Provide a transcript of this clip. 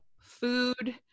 food